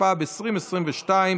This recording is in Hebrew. התשפ"ב 2022,